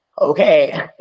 okay